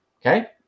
Okay